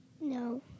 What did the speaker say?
No